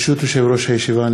ברשות יושב-ראש הישיבה,